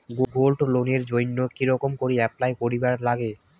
Gold লোনের জইন্যে কি রকম করি অ্যাপ্লাই করিবার লাগে?